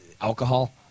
alcohol